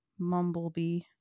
mumblebee